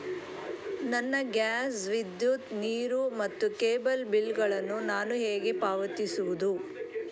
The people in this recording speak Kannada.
ನನ್ನ ಗ್ಯಾಸ್, ವಿದ್ಯುತ್, ನೀರು ಮತ್ತು ಕೇಬಲ್ ಬಿಲ್ ಗಳನ್ನು ನಾನು ಹೇಗೆ ಪಾವತಿಸುವುದು?